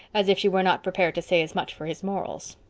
as if she were not prepared to say as much for his morals.